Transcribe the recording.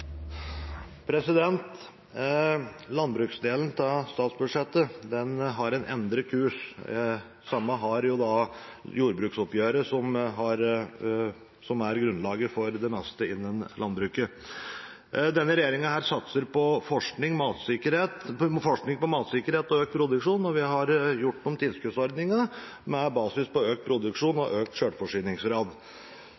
grunnlaget for det meste innen landbruket. Denne regjeringen satser på forskning på matsikkerhet og økt produksjon, og vi har fått noen tilskuddsordninger med basis i økt produksjon og økt